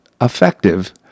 effective